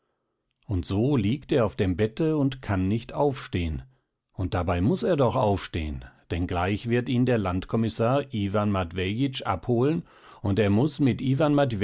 und so liegt er auf dem bette und kann nicht aufstehen und dabei muß er doch aufstehen denn gleich wird ihn der landkommissär iwan matwjeitsch abholen und er muß mit iwan